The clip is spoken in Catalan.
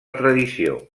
tradició